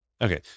Okay